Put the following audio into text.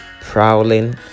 prowling